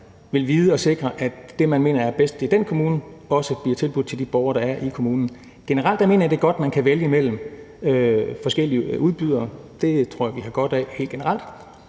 vil vide at sikre, at det, man mener er bedst i den kommune, også bliver tilbudt til de borgere, der er i kommunen. Generelt mener jeg, det er godt, at man kan vælge mellem forskellige udbydere; det tror jeg helt generelt